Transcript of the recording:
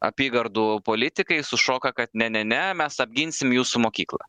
apygardų politikai sušoka kad ne ne ne mes apginsim jūsų mokyklą